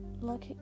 look